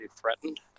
threatened